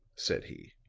said he,